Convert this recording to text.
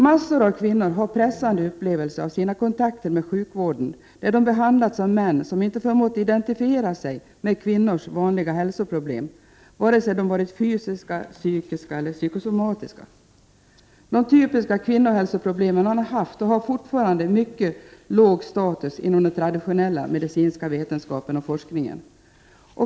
Massor av kvinnor har pressande upplevelser av sina kontakter med sjukvården, där de behandlats av män som inte förmått identifiera sig med kvinnors vanliga hälsoproblem, vare sig de varit fysiska, psykiska eller psykosomatiska. De typiska kvinnohälsoproblemen har haft och har fortfarande mycket låg status inom den traditionella medicinska vetenskapen och forskningen.